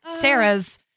Sarah's